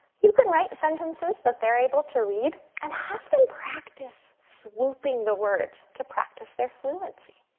you can write sentences that they're able to read and have them practice swooping the words to practice their fluency.